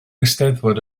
eisteddfod